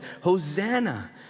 Hosanna